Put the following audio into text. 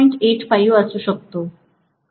85 असू शकतो